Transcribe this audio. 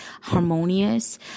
harmonious